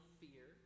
fear